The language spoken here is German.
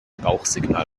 rauchsignal